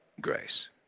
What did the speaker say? Grace